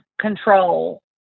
control